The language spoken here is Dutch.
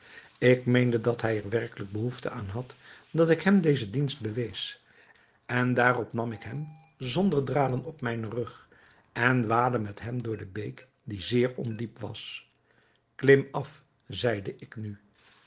ik meende dat hij er werkelijk behoefte aan had dat ik hem deze dienst bewees en daarom nam ik hem zonder dralen op mijnen rug en waadde met hem door de beek die zeer ondiep was klim af zeide ik nu